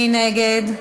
מי נגד?